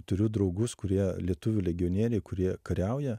turiu draugus kurie lietuvių legionieriai kurie kariauja